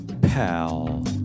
pal